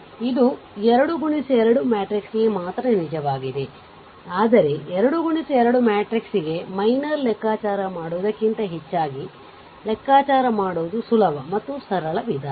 ಇದು 2 X 2 ಮ್ಯಾಟ್ರಿಕ್ಸ್ಗೆ ಮಾತ್ರ ನಿಜವಾಗಿದೆ ಆದರೆ 2 X 2 ಮ್ಯಾಟ್ರಿಕ್ಸ್ಗೆ ಮೈನರ್ ಲೆಕ್ಕಾಚಾರ ಮಾಡುವುದಕ್ಕಿಂತ ಹೆಚ್ಚಾಗಿ ಲೆಕ್ಕಾಚಾರ ಮಾಡುವುದು ಸುಲಭ ಮತ್ತು ಸರಳ ವಿಧಾನ